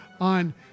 on